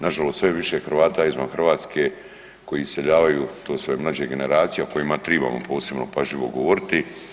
Na žalost sve je više Hrvata izvan Hrvatske koji iseljavaju, to su sve mlađe generacije o kojima tribamo posebno pažljivo govoriti.